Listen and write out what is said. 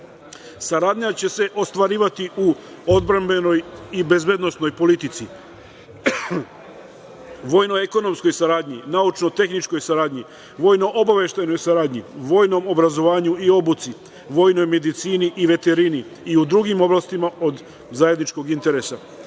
Saradnja će se ostvarivati u, odbrambenoj i bezbednosnoj politici, vojno-ekonomskoj saradnji, naučno-tehničkoj saradnji, vojno-obaveštajnoj saradnji, vojnom obrazovanju i obuci, vojnoj medicini i veterini i u drugim oblastima od zajedničkog interesa.